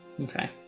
okay